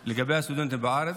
של סטודנטים בארץ.